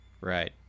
Right